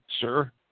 sir